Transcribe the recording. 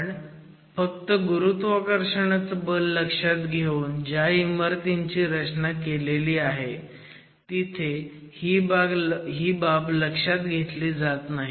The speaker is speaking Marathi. पण फक्त गुरुत्वाकर्षणाचं बल लक्षात घेऊन ज्या इमारतींची रचना केली जाते तिथे ही बाब लक्षात घेतली जात नाही